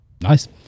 Nice